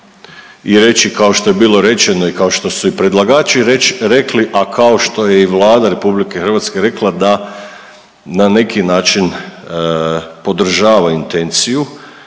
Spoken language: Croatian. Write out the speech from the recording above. i reći kao što je bilo rečeno i kao što su i predlagači rekli, a kao što je i Vlada RH rekla da na neki način podržava intenciju,